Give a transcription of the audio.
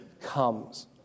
comes